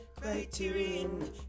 Criterion